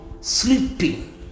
sleeping